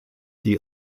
die